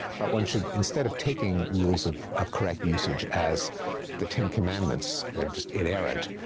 but one should, instead of taking rules of of correct usage as the ten commandments, they're just inerrant,